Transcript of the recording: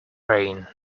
rain